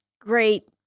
great